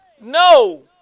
no